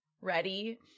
ready